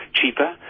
cheaper